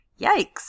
yikes